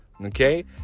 Okay